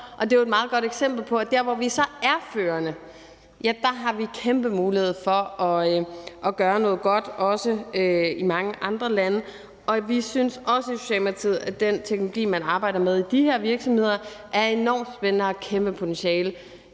det er jo et meget godt eksempel på, at der, hvor vi så er førende, har vi en kæmpe mulighed for at gøre noget godt, og det gælder også i mange andre lande. Og vi synes også i Socialdemokratiet, at den teknologi, man arbejder med i de her virksomheder, er enormt spændende og har et kæmpe potentiale